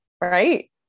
right